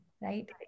right